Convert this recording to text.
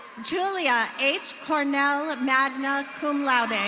julia h cornell, magna cum laude.